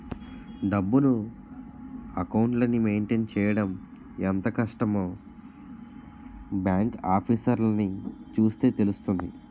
డబ్బును, అకౌంట్లని మెయింటైన్ చెయ్యడం ఎంత కష్టమో బాంకు ఆఫీసర్లని చూస్తే తెలుస్తుంది